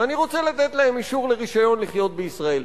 ואני רוצה לתת להם אישור לרשיון לחיות בישראל,